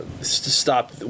stop